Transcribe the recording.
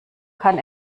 kann